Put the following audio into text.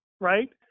Right